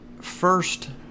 first